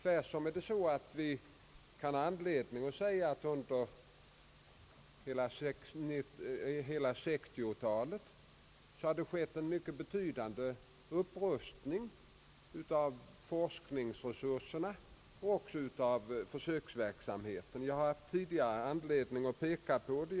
Vi kan tvärtom ha anledning att säga att det under hela 60-talet har skett en mycket betydande upprustning av forskningsresurserna och även av försöksverksamheten. Jag har tidigare haft anledning att peka på detta.